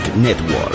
Network